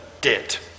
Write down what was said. debt